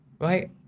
Right